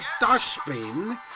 dustbin